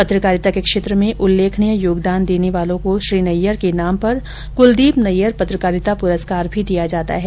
पत्रकारिता के क्षेत्र में उल्लेखनीय योगदान देने वालों को श्री नैयर के नाम पर कुलदीप नैयर पत्रकारिता पुरस्कार भी दिया जाता है